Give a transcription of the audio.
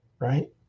right